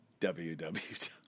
WWW